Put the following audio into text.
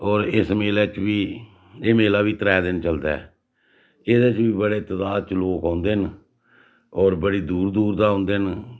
होर इस मेले च बी एह् मेला बी त्रै दिन चलदा ऐ एह्दे च बी बड़े तदाद च लोक औंदे न होर बड़ी दूर दूर दा औंदे न